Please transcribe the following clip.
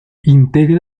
integra